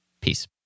Peace